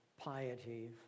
piety